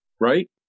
right